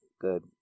Good